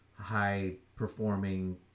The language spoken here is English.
high-performing